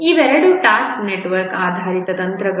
ಇವೆರಡೂ task network ಆಧಾರಿತ ತಂತ್ರಗಳು